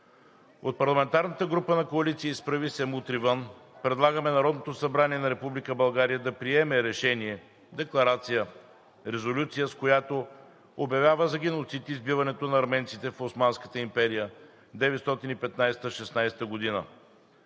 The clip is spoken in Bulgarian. От парламентарната група на коалиция „Изправи се! Мутри вън!“ предлагаме Народното събрание на Република България да приеме решение, декларация, резолюция, с която обявява за геноцид избиването на арменците в Османската империя през 1915